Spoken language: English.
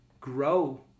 grow